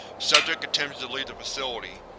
subject attempted to leave the facility.